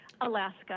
Alaska